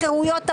ראיתי את זה.